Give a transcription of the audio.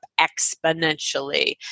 exponentially